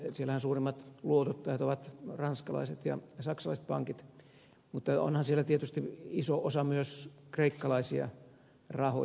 siellähän suurimmat luotottajat ovat ranskalaiset ja saksalaiset pankit mutta onhan siellä tietysti iso osa myös kreikkalaisia rahoja